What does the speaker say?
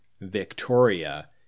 Victoria